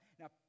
now